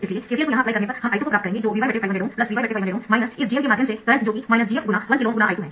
इसलिए KCL को यहां अप्लाई करने पर हम I2 को प्राप्त करेंगे जो Vy 500Ω Vy 500Ω इस Gm के माध्यम से करंट जो कि Gm×1KΩ ×I2 है